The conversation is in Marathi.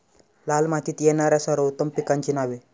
लाल मातीत येणाऱ्या सर्वोत्तम पिकांची नावे?